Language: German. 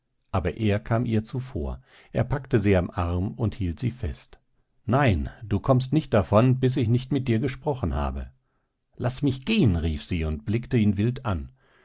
aber er kam ihr zuvor er packte sie am arm und hielt sie fest nein du kommst nicht davon bis ich nicht mit dir gesprochen habe laß mich gehen rief sie und blickte ihn wild an